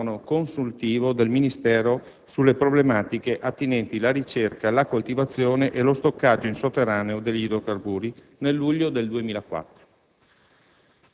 organo consultivo del Ministero sulle problematiche attinenti la ricerca, la coltivazione e lo stoccaggio in sotterraneo degli idrocarburi, nel luglio 2004.